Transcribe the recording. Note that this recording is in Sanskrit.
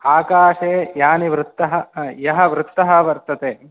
आकाशे यानि वृत्तः यः वृत्तः वर्तते